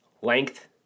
length